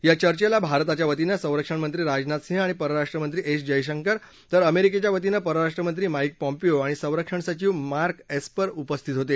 या चर्चेला भारताच्या वतीनं संरक्षणमंत्री राजनाथ सिंह आणि परराष्ट्रमंत्री एस जयशंकर तर अमेरिकेच्या वतीनं परराष्ट्रमंत्री माईक पॉम्पिओ आणि संरक्षण सचिव मार्क एस्पर उपस्थित होते